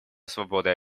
свободой